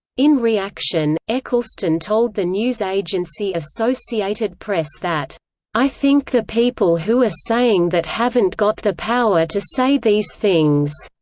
in reaction, ecclestone told the news news agency associated press that i think the people who are saying that haven't got the power to say these things.